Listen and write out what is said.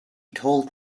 told